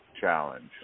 challenge